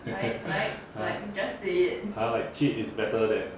!huh! !huh! like cheat is better than